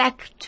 Back